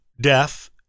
death